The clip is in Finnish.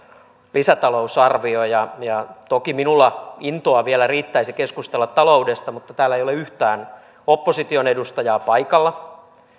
lisätalousarvio ja ja toki minulla intoa vielä riittäisi keskustella talou desta mutta täällä ei ole yhtään opposition edustajaa paikalla